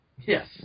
Yes